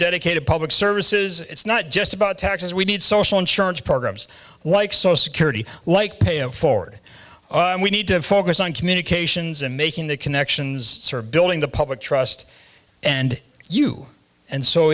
dedicated public services it's not just about taxes we need social insurance programs like social security like pay it forward and we need to focus on communications and making the connections building the public trust and you and so